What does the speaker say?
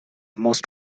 most